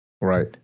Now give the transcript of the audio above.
Right